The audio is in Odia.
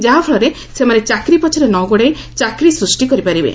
ଯାହା ଫଳରେ ସେମାନେ ଚାକିରି ପଛରେ ନ ଗୋଡାଇ ଚାକିରି ସୃଷ୍ଟି କରିପାରିବେ